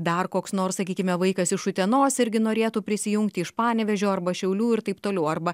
dar koks nors sakykime vaikas iš utenos irgi norėtų prisijungti iš panevėžio arba šiaulių ir taip toliau arba